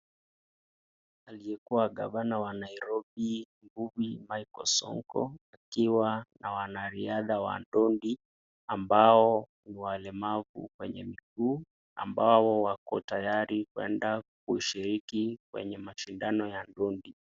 Aliyekuwa governor wa Nairobi, Mbuvi Mike Sonko, na wanariadha wa dongi ambao ni walemavu kwenye miguu, ambao wako tayari kwenda kushiriki kwenye mashindano ya dongi.